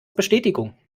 bestätigung